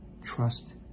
trust